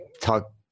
talk